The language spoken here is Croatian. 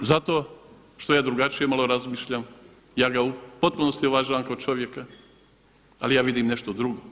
Zato što ja drugačije malo razmišljam, ja ga u potpunosti uvažavam kao čovjeka ali ja vidim nešto drugo.